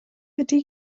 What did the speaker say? ydy